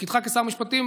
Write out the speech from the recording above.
תפקידך כשר משפטים,